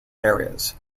areas